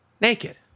Naked